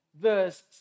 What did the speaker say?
verse